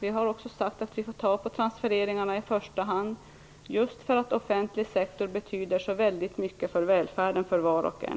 Vi har också sagt att vi får i första hand ta från transfereringarna just därför att offentlig sektor betyder så väldigt mycket för välfärden för var och en.